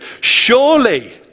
surely